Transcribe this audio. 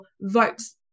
votes